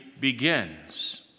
begins